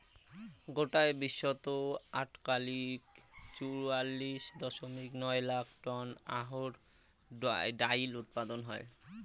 গোটায় বিশ্বত আটকালিক চুয়াল্লিশ দশমিক নয় লাখ টন অহর ডাইল উৎপাদন হয়